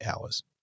hours